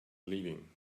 leaving